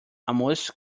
almost